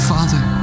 Father